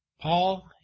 Paul